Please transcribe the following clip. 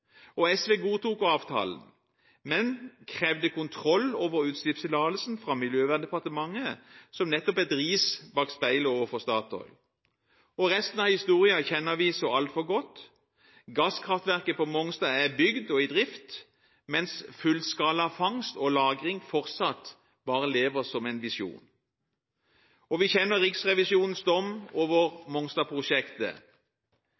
2014. SV godtok avtalen, men krevde kontroll over utslippstillatelsen fra Miljøverndepartementet som nettopp et ris bak speilet overfor Statoil. Resten av historien kjenner vi så altfor godt: Gasskraftverket på Mongstad er bygd og i drift, mens fullskala fangst og lagring fortsatt bare lever som en visjon. Og vi kjenner Riksrevisjonens dom